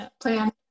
plan